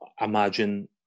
imagine